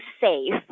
safe